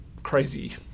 crazy